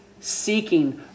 seeking